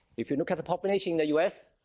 if you look at the population in the us,